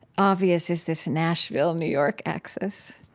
obvious is this nashville-new york axis